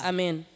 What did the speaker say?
Amen